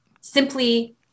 simply